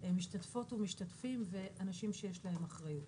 משתתפות ומשתתפים ואנשים שיש להם אחריות.